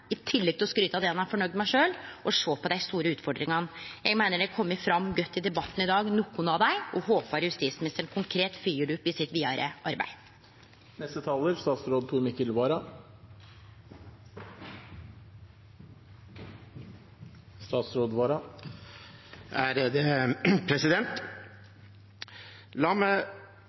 i tillegg til å skryte av det ein er fornøgd med sjølv – å sjå på dei store utfordringane. Eg meiner at nokre av dei har kome godt fram i debatten i dag, og håpar at justisministeren vil følgje dei konkret opp i sitt vidare